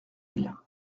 elle